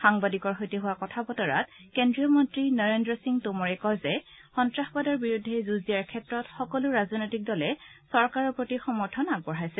সাংবাদিকৰ সৈতে হোৱা কথা বতৰাত কেন্দ্ৰীয় মন্ত্ৰী নৰেজ্ৰ সিং টোমৰে কয় যে সন্তাসবাদৰ বিৰুদ্ধে যুঁজ দিয়াৰ ক্ষেত্ৰত সকলো ৰাজনৈতিক দলে চৰকাৰৰ প্ৰতি সমৰ্থন আগবঢ়াইছে